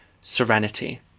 serenity